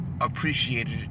appreciated